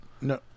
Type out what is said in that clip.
No